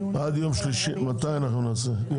יש